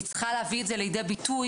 היא צריכה להביא את זה לידי ביטוי,